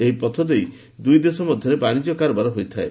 ଏହି ପଥ ଦେଇ ଦୁଇ ଦେଶ ମଧ୍ୟରେ ବାଶିଜ୍ୟ କାରବାର ହୋଇଥାଏ